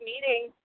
meeting